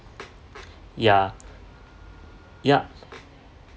ya ya